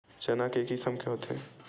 चना के किसम के होथे?